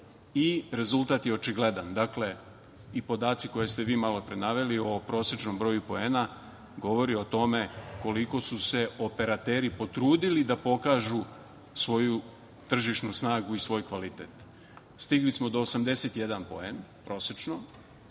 i rezultat je očigledan. Dake, i podaci koje ste vi malopre naveli o prosečnom broju poena govori o tome koliko su se operateri potrudili da pokažu svoju tržišnu snagu i svoj kvalitet. Stigli smo do 81 poen prosečno.